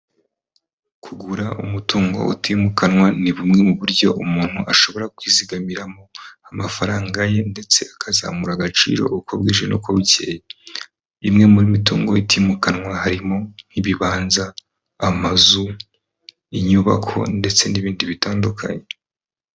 Kugura umutungo utimukanwa ni bumwe mu buryo umuntu ashobora kwizigamiramo amafaranga ye ndetse akazamura agaciro uko bwije n'uko bukeye, imwe muri mitungo itimukanwa harimo nk'ibibanza, amazu, inyubako ndetse n'ibindi bitandukanye.